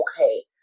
okay